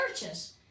churches